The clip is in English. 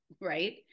Right